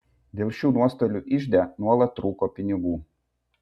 dėl šių nuotolių ižde nuolat trūko pinigų